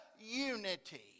unity